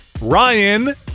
Ryan